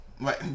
right